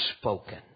spoken